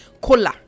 cola